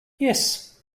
yes